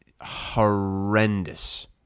horrendous